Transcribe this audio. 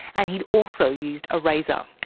and he'd also used a razor.